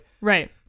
Right